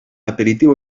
aperitiu